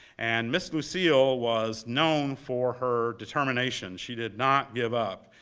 and ms. lucille was known for her determination. she did not give up.